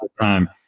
time